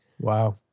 Wow